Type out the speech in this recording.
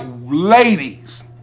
ladies